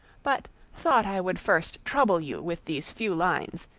but thought i would first trouble you with these few lines,